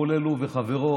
כולל הוא וחברו,